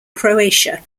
croatia